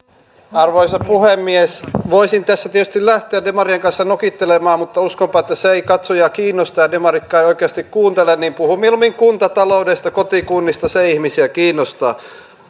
arvoisa puhemies voisin tässä tietysti lähteä demarien kanssa nokittelemaan mutta uskonpa että se ei katsojia kiinnosta ja demaritkaan eivät oikeasti kuuntele niin että puhun mieluummin kuntataloudesta kotikunnista se ihmisiä kiinnostaa